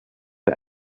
der